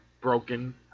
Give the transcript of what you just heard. broken